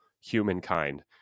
humankind